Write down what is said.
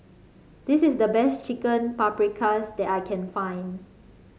this is the best Chicken Paprikas that I can find